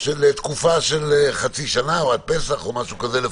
של תקופה של חצי שנה או עד פסח לפחות.